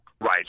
Right